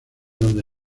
donde